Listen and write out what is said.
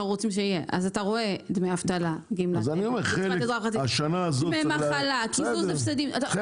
דמי אבטלה, גמלה, דמי מחלה, קיזוז הפסדים.